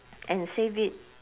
and save it